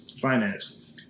finance